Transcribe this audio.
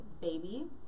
baby